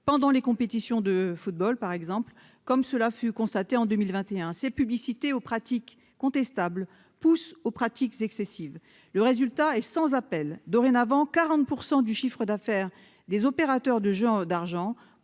pendant les compétitions de football, comme ce fut constaté en 2021. Ces publicités aux pratiques contestables poussent aux pratiques excessives. Le résultat est sans appel : dorénavant, 40 % du chiffre d'affaires des opérateurs de jeux d'argent